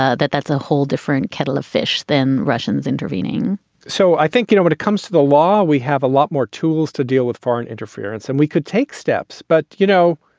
ah that that's a whole different kettle of fish than russians intervening so i think, you know, when it comes to the law, we have a lot more tools to deal with foreign interference and we could take steps. but, you know,